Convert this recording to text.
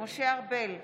משה ארבל,